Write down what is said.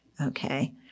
okay